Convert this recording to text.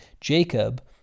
Jacob